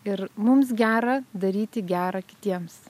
ir mums gera daryti gera kitiems